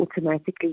automatically